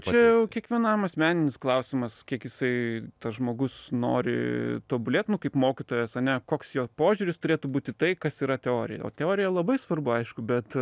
čia jau kiekvienam asmeninis klausimas kiek jisai tas žmogus nori tobulėt nu kaip mokytojas ane koks jo požiūris turėtų būt į tai kas yra teorija o teorija labai svarbu aišku bet